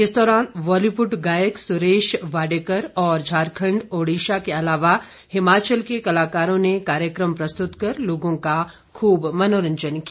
इस दौरान बालीवुड गायक सुरेश वाडेकर और झारखंड ओड़िशा के अलावा हिमाचल के कलाकारों ने कार्यक्रम प्रस्तुत कर लोगों का मनोरंजन किया